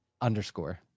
underscore